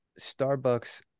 Starbucks